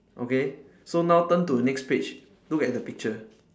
okay so now turn to the next page look at the picture